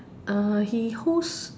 uh he hosts